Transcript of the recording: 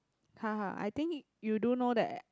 ha ha I think you do know that